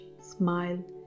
smile